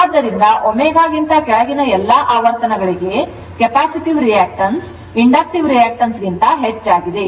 ಆದ್ದರಿಂದ ω0 ಕ್ಕಿಂತ ಕೆಳಗಿನ ಎಲ್ಲಾ ಆವರ್ತನಗಳಿಗೆ ಕೆಪ್ಯಾಸಿಟಿವ್ ರಿಯಾಕ್ಟನ್ಸ್ ಇಂಡಕ್ಟಿವ್ ರಿಯಾಕ್ಟನ್ಸ್ ಗಿಂತ ಹೆಚ್ಚಾಗಿದೆ ಮತ್ತು ಇದು θ ಆಗಿರುತ್ತದೆ